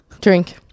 Drink